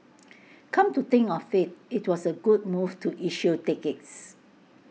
come to think of IT it was A good move to issue tickets